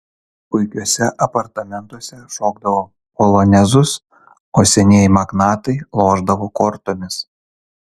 puikiuose apartamentuose šokdavo polonezus o senieji magnatai lošdavo kortomis